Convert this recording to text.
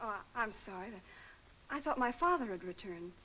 is i'm sorry i thought my father had returned